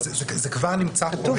זה כבר נמצא פה.